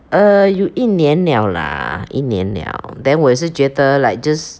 err 有一年 liao lah 一年 liao then 我也是觉得 like just